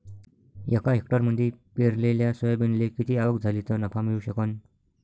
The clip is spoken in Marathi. एका हेक्टरमंदी पेरलेल्या सोयाबीनले किती आवक झाली तं नफा मिळू शकन?